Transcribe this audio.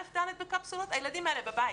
אז א'-ד' בקפסולות הילדים האלה בבית.